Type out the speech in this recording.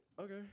okay